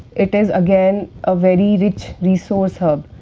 it is again a very rich resource hub,